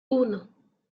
uno